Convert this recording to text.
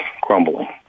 crumbling